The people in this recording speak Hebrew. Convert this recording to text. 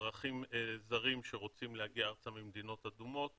אזרחים זרים שרוצים להגיע ארצה ממדינות אדומות - ככלל,